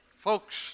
Folks